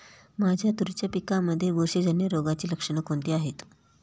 माझ्या तुरीच्या पिकामध्ये बुरशीजन्य रोगाची लक्षणे कोणती आहेत?